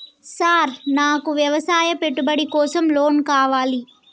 Sir నాకు వ్యవసాయ పెట్టుబడి కోసం లోన్ కావాలి?